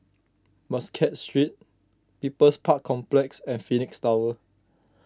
Muscat Street People's Park Complex and Phoenix Tower